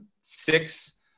six